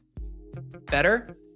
better